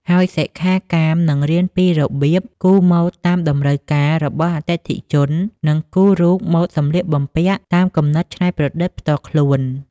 ហើយសិក្ខាកាមនឹងរៀនពីរបៀប គូរម៉ូដតាមតម្រូវការរបស់អតិថិជន និងគូររូបម៉ូដសម្លៀកបំពាក់ តាមគំនិតច្នៃប្រឌិតផ្ទាល់ខ្លួន។